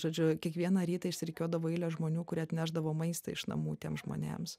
žodžiu kiekvieną rytą išsirikiuodavo eilės žmonių kurie atnešdavo maistą iš namų tiems žmonėms